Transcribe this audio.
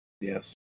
Yes